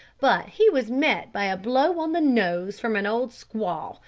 but he was met by a blow on the nose from an old squaw,